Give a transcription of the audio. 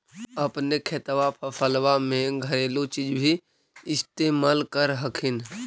अपने खेतबा फसल्बा मे घरेलू चीज भी इस्तेमल कर हखिन?